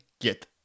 get